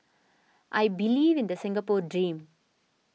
I believe in the Singapore dream